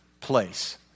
place